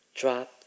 Drop